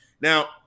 Now